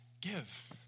give